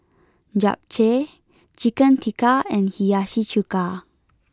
Japchae Chicken Tikka and Hiyashi chuka